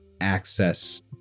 access